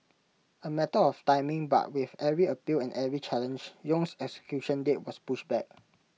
A matter of timing but with every appeal and every challenge Yong's execution date was pushed back